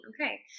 okay